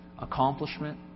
accomplishment